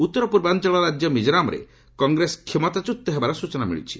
ଉତ୍ତରପୂର୍ବାଞ୍ଚଳ ରାଜ୍ୟ ମିଜୋରାମରେ କଂଗ୍ରେସ କ୍ଷମତାଚ୍ୟୁତ ହେବାର ସୂଚନା ମିଳୁଛି